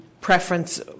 preference